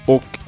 Och